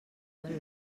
del